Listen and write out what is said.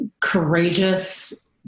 courageous